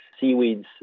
seaweeds